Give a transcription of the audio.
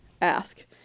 ask